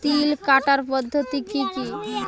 তিল কাটার পদ্ধতি কি কি?